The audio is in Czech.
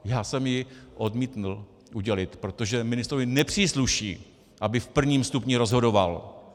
Já jsem ji odmítl udělit, protože ministrovi nepřísluší, aby v prvním stupni rozhodoval.